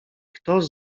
kto